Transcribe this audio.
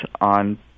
on